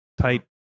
type